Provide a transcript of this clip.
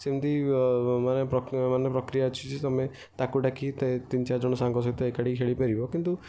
ସେମତି ମାନେ ପ୍ରକ୍ରିୟା ଅଛି ଯେ ତମେ ତାକୁ ଡାକିକି ତିନି ଚାରିଜଣ ସାଙ୍ଗ ସାଥି ଏକାଠି ହୋଇକି ଖେଳିପାରିବ କିନ୍ତୁ